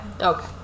Okay